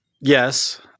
yes